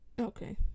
Okay